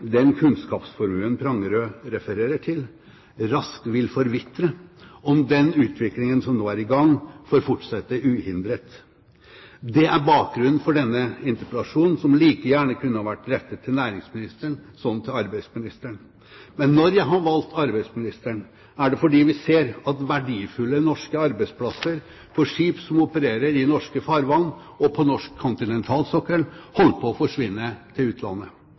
den kunnskapsformuen Prangerød refererer til, raskt vil forvitre om den utviklingen som nå er i gang, får fortsette uhindret. Det er bakgrunnen for denne interpellasjonen, som like gjerne kunne vært rettet til næringsministeren som til arbeidsministeren. Men når jeg har valgt arbeidsministeren, er det fordi vi ser at verdifulle norske arbeidsplasser på skip som opererer i norske farvann og på norsk kontinentalsokkel, holder på å forsvinne til utlandet.